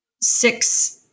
six